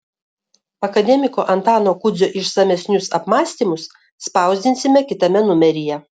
akademiko antano kudzio išsamesnius apmąstymus spausdinsime kitame numeryje